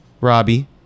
Robbie